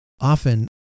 often